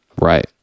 Right